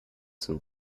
zum